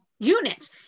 units